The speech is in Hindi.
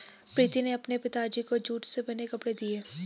प्रीति ने अपने पिताजी को जूट से बने कपड़े दिए